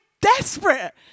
desperate